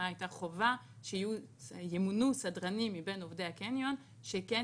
הייתה חובה שימונו סדרנים מבין עובדי הקניון שכן